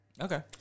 okay